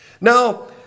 Now